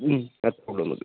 മ് ഉള്ളത് മതി